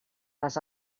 les